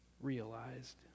realized